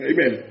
Amen